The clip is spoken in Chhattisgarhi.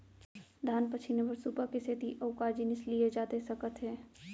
धान पछिने बर सुपा के सेती अऊ का जिनिस लिए जाथे सकत हे?